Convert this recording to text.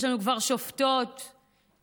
יש לנו כבר שופטות חדשות,